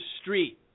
street